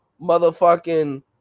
motherfucking